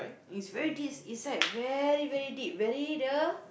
is very deep inside very very deep very the